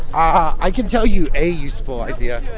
i can tell you a useful idea.